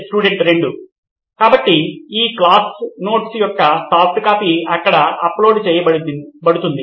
student 2 కాబట్టి ఈ class notes యొక్క సాఫ్ట్ కాపీ అక్కడ అప్లోడ్ చేయబడుతుంది